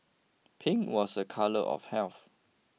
pink was a colour of health